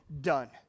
done